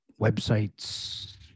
websites